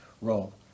role